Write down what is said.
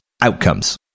outcomes